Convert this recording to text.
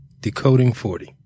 Decoding40